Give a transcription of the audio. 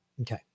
okay